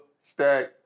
stack